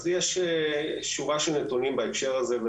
אז יש שורה של נתונים בהקשר הזה.